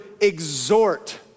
exhort